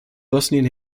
bosnien